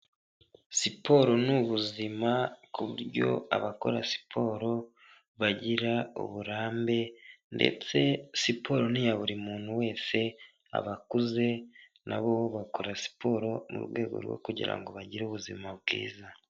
Siporo ni ubuzima ku buryo abakora siporo bagira uburambe ndetse siporo n'iya buri muntu wese, abakuze na bo bakora siporo mu rwego rwo kugira ngo bagire ubuzima bwiza.